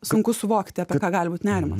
sunku suvokt apie ką gali būt nerimas